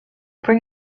bring